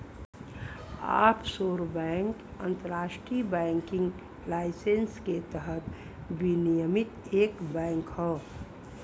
offshore bank अंतरराष्ट्रीय banking licence के तहत विनियमित एक बैंक हौ